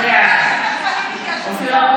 (קוראת בשמות חברי הכנסת) אלי אבידר,